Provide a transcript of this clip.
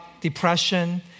depression